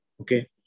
Okay